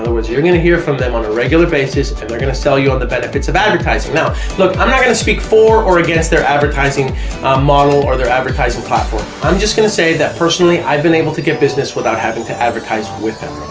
words, you're gonna hear from them on a regular basis and they're gonna sell you on the benefits of advertising now look i'm not gonna speak for or against their advertising model or their advertising platform. i'm just gonna say that personally i've been able to get business without having to advertise with them.